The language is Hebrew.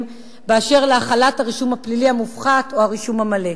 באשר להחלת הרישום הפלילי המופחת או הרישום המלא.